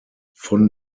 von